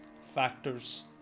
factors